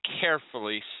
carefully